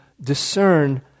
discern